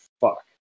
fuck